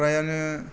फ्रायानो